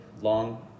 long